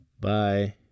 Bye